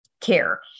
care